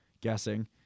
guessing